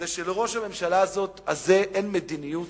זה שלראש הממשלה הזה אין מדיניות.